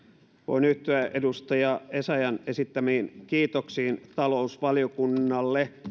voin yhtyä edustaja essayahn esittämiin kiitoksiin talousvaliokunnalle